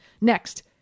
next